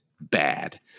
bad